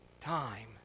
time